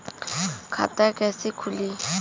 खाता कइसे खुली?